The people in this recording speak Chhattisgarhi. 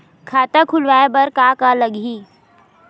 खाता खुलवाय बर का का लगही?